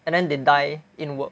and then they die in work